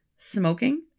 Smoking